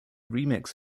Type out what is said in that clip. remix